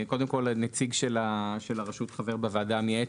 קודם כל, הנציג של הרשות חבר בוועדה המייעצת.